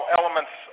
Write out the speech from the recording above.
elements